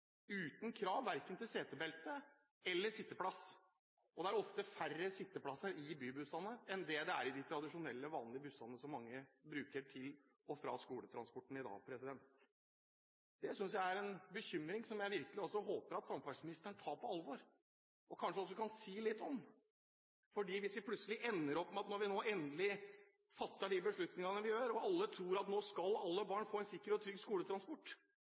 uten krav verken til setebelte eller sitteplass. Det er ofte færre sitteplasser i bybussene enn det det er i de tradisjonelle, vanlige bussene som mange bruker til og fra skolen som transportmiddel i dag. Det synes jeg er en bekymring som jeg virkelig håper at også samferdselsministeren tar på alvor, og kanskje også kan si litt om. Når vi nå endelig fatter de beslutningene vi gjør, og alle tror at nå skal alle barn få en sikker og trygg skoletransport,